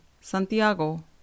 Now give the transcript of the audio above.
Santiago